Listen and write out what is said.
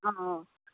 অঁ অঁ